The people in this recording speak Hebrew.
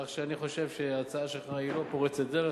כך שאני חושב שההצעה שלך אינה פורצת דרך,